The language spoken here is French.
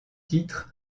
titres